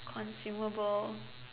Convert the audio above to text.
consumable